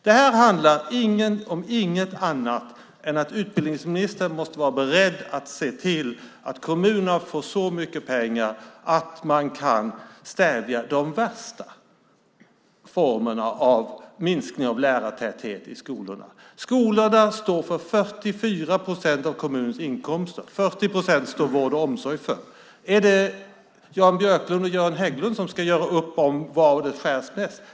Detta handlar inte om någonting annat än att utbildningsministern måste vara beredd att se till att kommunerna får så mycket pengar att de kan stävja de värsta formerna av minskningar av lärartätheten i skolorna. 44 procent av kommunernas inkomster går till skolan, och 40 procent går till vård och omsorg. Är det Jan Björklund och Göran Hägglund som ska göra upp om var det är bäst att skära?